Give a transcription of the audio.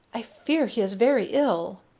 i fear he is very ill.